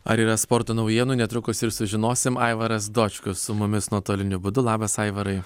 ar yra sporto naujienų netrukus ir sužinosim aivaras dočkus su mumis nuotoliniu būdu labas aivarai